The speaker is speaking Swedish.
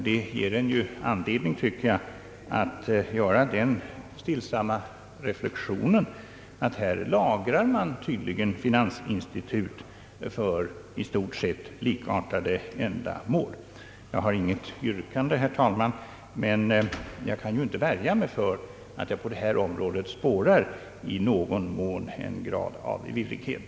Detta ger ju anledning till den stillsamma refiexionen att man här tydligen lagrar finansinstitut uppå varandra för i stort sett likartade ändamål. Jag har inte något yrkande, herr talman, men kan inte värja mig för att jag på detta område spårar i någon mån en grad av virrighet.